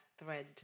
Thread